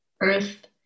Earth